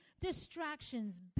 Distractions